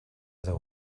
other